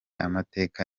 amateka